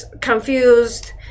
confused